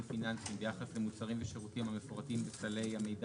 פיננסים ביחס למוצרים ושירותים המפורטים בסלי המידע